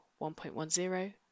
1.10